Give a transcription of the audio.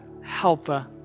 helper